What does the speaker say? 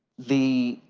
the